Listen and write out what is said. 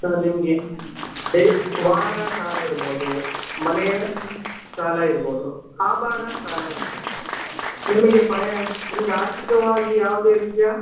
ನಾವು ನಿಮಗೆ ವೇ ವಾಹನ ಸಾಲ ಇರ್ಬೋದು ಮನೆಯ ಸಾಲ ಇರ್ಬೋದು ಆಭರಣ ಸಾಲ ಇರ್ಬೋದು ನಿಮಗೆ ಪಯ ನಿಮಗೆ ಆರ್ಥಿಕವಾಗಿ ಯಾವುದೇ ರೀತಿಯ